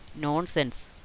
nonsense